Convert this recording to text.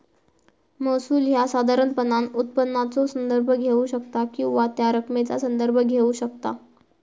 महसूल ह्या साधारणपणान उत्पन्नाचो संदर्भ घेऊ शकता किंवा त्या रकमेचा संदर्भ घेऊ शकता